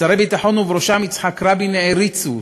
שרי ביטחון, ובראשם יצחק רבין, העריצו אותו.